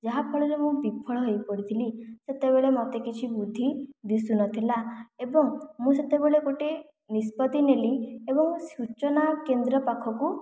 ଯାହା ଫଳରେ ମୁଁ ବିଫଳ ହୋଇପଡ଼ିଥିଲି ସେତେବେଳେ ମୋତେ କିଛି ବୁଦ୍ଧି ଦିଶୁନଥିଲା ଏବଂ ମୁଁ ସେତେବେଳେ ଗୋଟିଏ ନିଷ୍ପତ୍ତି ନେଲି ଏବଂ ସୂଚନାକେନ୍ଦ୍ର ପାଖକୁ